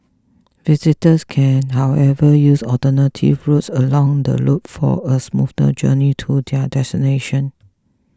visitors can however use alternative routes along the loop for a smoother journey to their destination